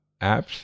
apps